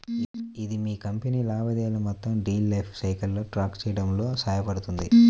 ఇది మీ కంపెనీ లావాదేవీలను మొత్తం డీల్ లైఫ్ సైకిల్లో ట్రాక్ చేయడంలో సహాయపడుతుంది